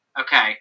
Okay